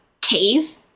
cave